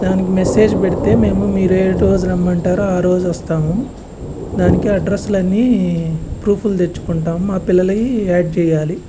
దానికి మెసేజ్ పెడితే మేము మీరు ఏ రోజు రమ్మంటారో ఆ రోజు వస్తాము దానికి అడ్రస్లు అన్నీ ప్రూఫ్లు తెచ్చుకుంటాము మా పిల్లలవి యాడ్ చేయ్యాలి